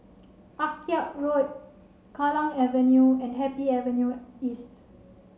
Akyab Road Kallang Avenue and Happy Avenue East